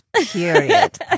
Period